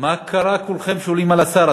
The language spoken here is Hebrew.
מה קרה שכולכם שואלים על השר?